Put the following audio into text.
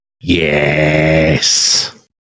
Yes